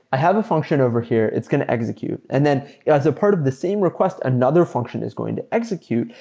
i have a function over here. it's going to execute. and then yeah as a part of the same request, another function is going to execute,